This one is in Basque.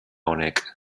honek